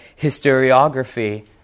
historiography